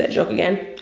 ah joke again.